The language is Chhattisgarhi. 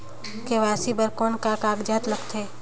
के.वाई.सी बर कौन का कागजात लगथे?